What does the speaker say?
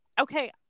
Okay